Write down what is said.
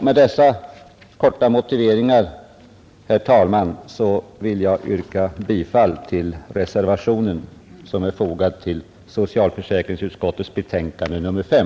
Med denna korta motivering, herr talman, vill jag yrka bifall till den reservation som är fogad till socialförsäkringsutskottets betänkande nr 5.